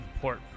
Port